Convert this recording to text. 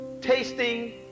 tasting